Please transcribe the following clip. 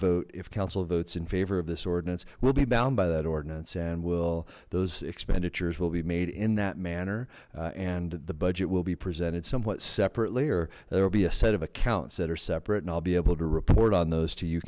vote if council votes in favor of this order we'll be bound by that ordinance and will those expenditures will be made in that manner and the budget will be presented somewhat separately or there'll be a set of accounts that are separate and i'll be able to report on those to you